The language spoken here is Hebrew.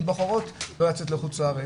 הן בוחרות לא לצאת לחוץ לארץ,